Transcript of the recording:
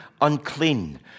unclean